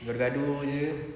gaduh gaduh jer